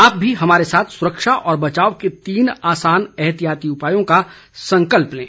आप भी हमारे साथ सुरक्षा और बचाव के तीन आसान एहतियाती उपायों का संकल्प लें